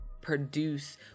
produce